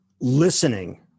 Listening